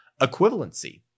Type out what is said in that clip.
equivalency